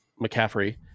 McCaffrey